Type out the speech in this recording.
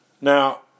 Now